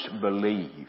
believe